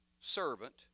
servant